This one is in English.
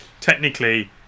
Technically